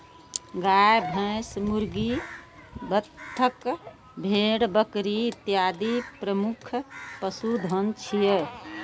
गाय, भैंस, मुर्गी, बत्तख, भेड़, बकरी इत्यादि प्रमुख पशुधन छियै